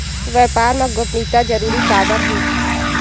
व्यापार मा गोपनीयता जरूरी काबर हे?